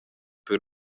per